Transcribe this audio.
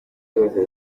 zose